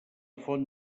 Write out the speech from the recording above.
font